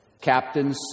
Captain